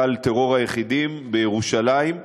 גל טרור היחידים בירושלים,